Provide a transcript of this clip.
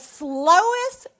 slowest